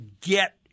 get